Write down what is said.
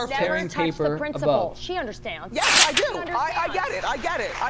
yeah never touch the principle, she understands. yes i do, and i get it, i get it, i